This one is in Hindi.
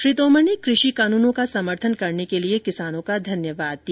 श्री तोमर ने कृषि कानूनों का समर्थन करने के लिए किसानों का धन्यवाद किया